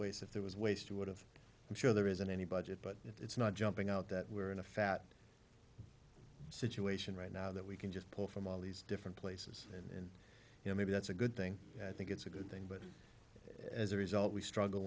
waste if there was waste you would have i'm sure there isn't any budget but it's not jumping out that we're in a fat situation right now that we can just pull from all these different places in you know maybe that's a good thing i think it's a good thing but as a result we struggle